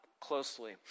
closely